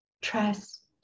Trust